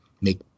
make